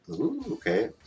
Okay